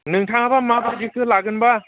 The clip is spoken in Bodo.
नोंथाङा बा माबादिखौ लागोन बा